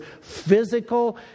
physical